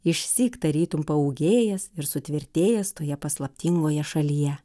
išsyk tarytum paūgėjęs ir sutvirtėjęs toje paslaptingoje šalyje